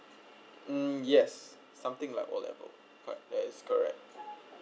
um yes something like O level correct that is correct